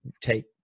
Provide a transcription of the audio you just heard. take